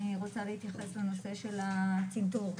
אני רוצה להתייחס לנושא של הצנתור,